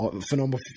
phenomenal